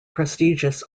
prestigious